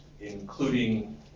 including